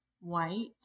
white